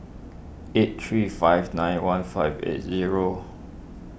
eight three five nine one five eight zero